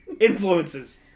Influences